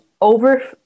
over